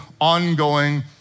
ongoing